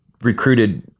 recruited